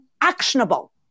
actionable